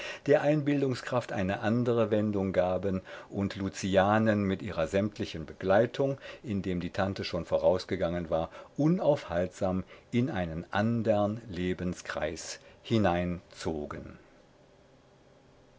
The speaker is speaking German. der einbildungskraft eine andere wendung gaben und lucianen mit ihrer sämtlichen begleitung indem die tante schon vorausgegangen war unaufhaltsam in einen andern lebenskreis